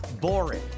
boring